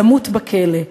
למות בכלא,